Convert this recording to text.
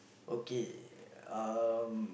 okay um